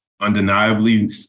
undeniably